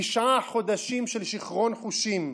תשעה חודשים של שכרון חושים.